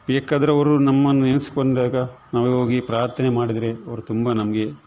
ಬೇಕಾದರೆ ಅವರು ನಮ್ಮನ್ನು ನೆನೆಸ್ಕೊಂಡಾಗ ನಾವು ಹೋಗಿ ಪ್ರಾರ್ಥನೆ ಮಾಡಿದರೆ ಅವರು ತುಂಬ ನಮಗೆ